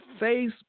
Facebook